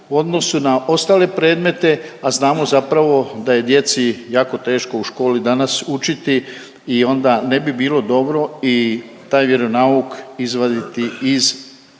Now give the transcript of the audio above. u odnosu na ostale predmete, a znamo zapravo da je djeci jako teško u školi danas učiti i onda ne bi bilo dobro i taj vjeronauk izvaditi iz konteksta